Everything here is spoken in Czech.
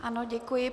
Ano, děkuji.